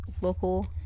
local